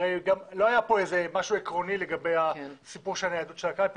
הרי לא היה פה משהו עקרוני לגבי הסיפור של הניידות של הקלפי.